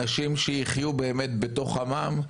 אנשים שיחיו באמת בתוך עמם,